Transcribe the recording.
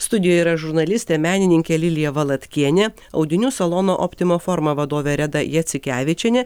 studijoje yra žurnalistė menininkė lilija valatkienė audinių salono optima forma vadovė reda jacikevičienė